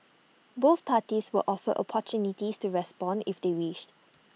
both parties were offered opportunities to respond if they wished